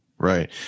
right